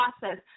process